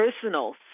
personal